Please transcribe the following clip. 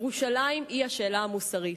ירושלים היא השאלה המוסרית.